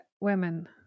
women